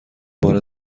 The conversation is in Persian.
بار